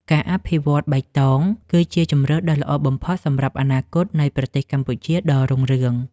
ការអភិវឌ្ឍបៃតង គឺជាជម្រើសដ៏ល្អបំផុតសម្រាប់អនាគតនៃប្រទេសកម្ពុជាដ៏រុងរឿង។